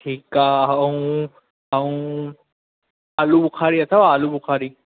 ठीकु आहे ऐं ऐं आलूबुख़ारी अथव आलूबुख़ारी